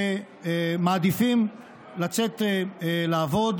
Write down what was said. שמעדיפים לצאת לעבוד